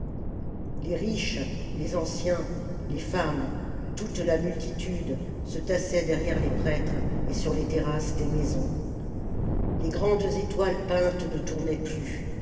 les riches les anciens les femmes toute la multitude se tassait derrière les prêtres et sur les terrasses des maisons les grandes étoiles peintes ne tournaient plus